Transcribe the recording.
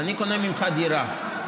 אני קונה ממך דירה,